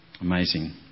amazing